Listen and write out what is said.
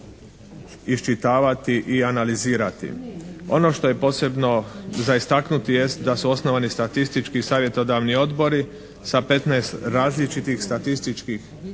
iščitavati i analizirati. Ono što je posebno za istaknuti jest da su osnovani statistički i savjetodavni odbori sa 15 različitih statistički